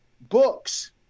books